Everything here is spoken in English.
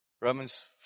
Romans